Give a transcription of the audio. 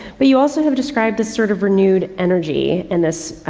but you also have described a sort of renewed energy in this,